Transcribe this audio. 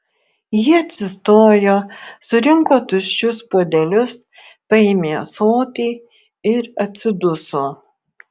ji atsistojo surinko tuščius puodelius paėmė ąsotį ir atsiduso